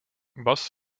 bus